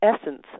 essence